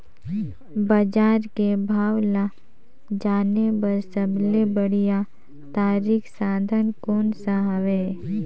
बजार के भाव ला जाने बार सबले बढ़िया तारिक साधन कोन सा हवय?